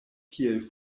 kiel